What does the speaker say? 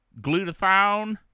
Glutathione